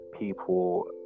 People